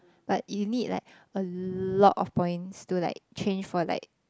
but you need like a lot of points to like change for like